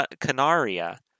canaria